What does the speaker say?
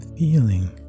feeling